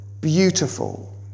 beautiful